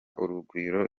urugwiro